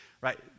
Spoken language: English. right